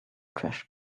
trash